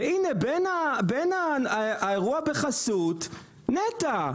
והינה, בין האירוע בחסות - נת"ע.